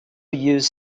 use